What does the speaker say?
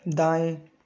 दाएँ